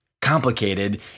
complicated